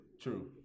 True